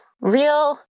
real